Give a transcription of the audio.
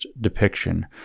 depiction